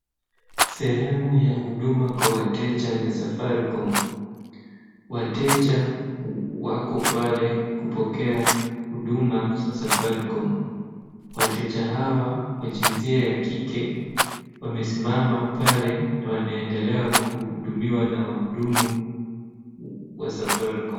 Sehemu ya huduma kwa wateja ya safaricom. Wateja wako pale kupokea huduma za safaricom. Wateja hawa wa jinsia ya kike wamesimama pale wanaendelea kuhudumiwa na wahudumu wa safaricom.